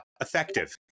effective